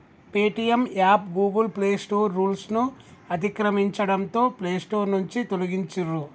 Paytm app Google play store రూల్స్ను అతిక్రమించడంతో play store నుంచి తొలగించిర్రు